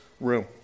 room